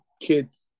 kids